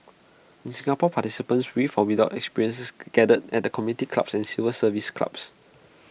in Singapore participants with for without experience gathered at the community clubs and civil service clubs